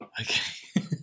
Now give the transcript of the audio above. Okay